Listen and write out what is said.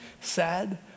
sad